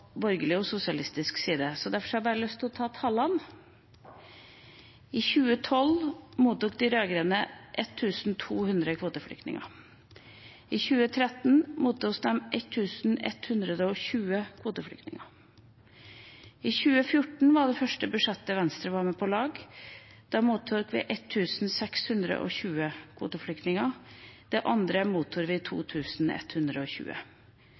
borgerlig og sosialistisk side, så derfor har jeg bare lyst til å ta tallene. I 2012 mottok de rød-grønne 1 200 kvoteflyktninger. I 2013 mottok de 1 120 kvoteflyktninger. I 2014 var det første budsjettet Venstre var med på å lage, da mottok vi 1 620 kvoteflyktninger, i det andre mottar vi 2 120.